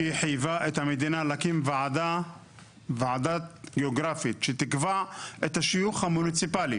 שהיא חייבה את המדינה להקים ועדה גיאוגרפית שתקבע את השיוך המוניציפאלי.